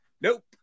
Nope